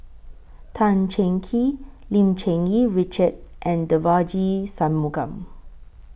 Tan Cheng Kee Lim Cherng Yih Richard and Devagi Sanmugam